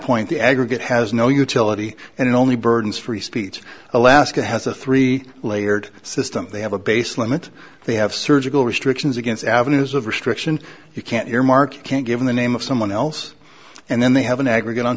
point the aggregate has no utility and it only burdens free speech alaska has a three layered system they have a base limit they have surgical restrictions against avenues of restriction you can't earmark you can't give in the name of someone else and then they have an aggregate on